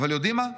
"אבל יודעים מה?